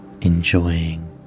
Enjoying